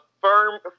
firm